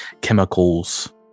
chemicals